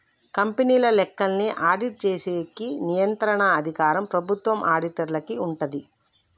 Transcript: కంపెనీల లెక్కల్ని ఆడిట్ చేసేకి నియంత్రణ అధికారం ప్రభుత్వం ఆడిటర్లకి ఉంటాది